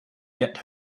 get